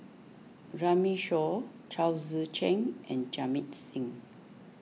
Runme Shaw Chao Tzee Cheng and Jamit Singh